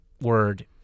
word